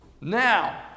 Now